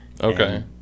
Okay